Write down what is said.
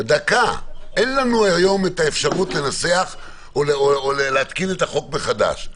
אין לנו היום את האפשרות לנסח או להתקין את החוק מחדש.